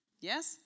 yes